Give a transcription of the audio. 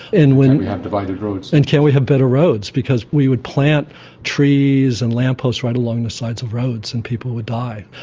and can't we have divided roads. and can't we have better roads, because we would plant trees and lamp posts right along the sides of roads and people would die.